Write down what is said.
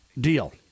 deal